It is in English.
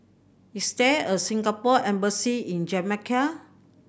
is there a Singapore Embassy in Jamaica